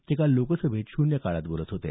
ते काल लोकसभेत शून्य काळात बोलत होते